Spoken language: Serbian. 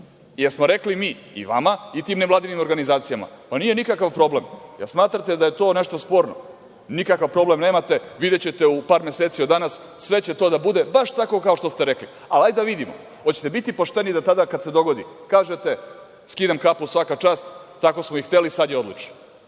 Jel smo rekli mi i vama i tim nevladinim organizacijama – nije nikakav problem, jel smatrate da je to nešto sporno? Nikakav problem nemate, videćete u par meseci od danas, sve će to da bude baš tako kao što ste rekli. Ajde da vidimo, hoćete biti pošteni da tada da se dogodi kažete – skidam kapu, svaka čast, tako smo i hteli, sada je odlično